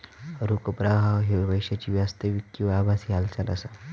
रोख प्रवाह ह्यो पैशाची वास्तविक किंवा आभासी हालचाल असा